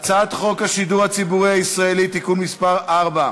הצעת חוק השידור הציבורי הישראלי (תיקון מס' 4),